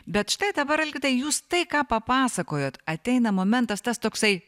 bet štai dabar algirdai jūs tai ką papasakojot ateina momentas tas toksai